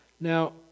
Now